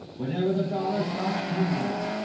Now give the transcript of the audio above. whenever the dollar starts tumbling,